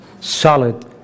solid